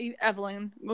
Evelyn